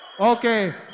Okay